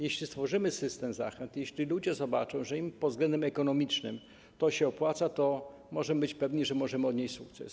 Jeśli stworzymy system zachęt, jeśli ludzie zobaczą, że pod względem ekonomicznym im to się opłaca, to możemy być pewni, że możemy odnieść sukces.